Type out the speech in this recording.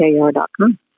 kr.com